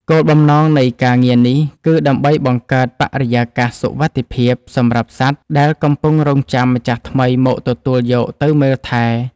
គោលបំណងនៃការងារនេះគឺដើម្បីបង្កើតបរិយាកាសសុវត្ថិភាពសម្រាប់សត្វដែលកំពុងរង់ចាំម្ចាស់ថ្មីមកទទួលយកទៅមើលថែ។